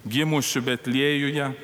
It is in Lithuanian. gimusiu betliejuje